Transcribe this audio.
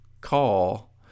call